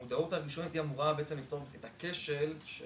הדבר השני הוא לפתור את הכשל של